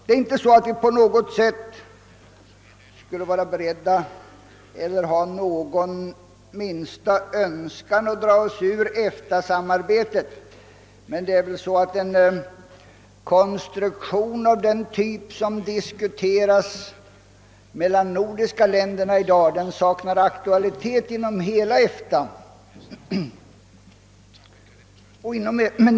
Det är inte så, att vi på något sätt skulle vara beredda eller ha den minsta önskan att dra oss ur EFTA-samarbetet, men en konstruktion av den typ som i dag diskuteras mellan de nordiska länderna saknar aktualitet inom hela EFTA.